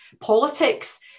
politics